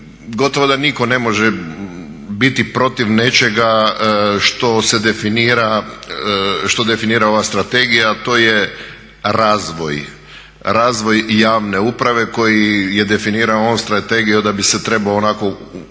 gotovo da nitko ne može biti protiv nečega što se definira, što definira ova strategija a to je razvoj, razvoj javne uprave koji je definiran ovom strategijom da bi se trebao onako an